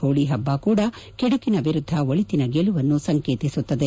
ಹೋಳಿ ಹಬ್ಬ ಕೂಡಾ ಕೆಡುಕಿನ ವಿರುದ್ದ ಒಳಿತಿನ ಗೆಲುವನ್ನು ಸಂಕೇತಿಸುತ್ತದೆ